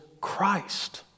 Christ